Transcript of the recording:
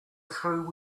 through